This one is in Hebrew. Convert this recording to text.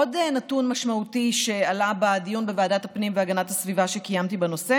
עוד נתון משמעותי שעלה בדיון בוועדת הפנים והגנת הסביבה שקיימתי בנושא